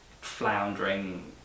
floundering